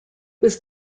was